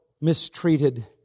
mistreated